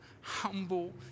humble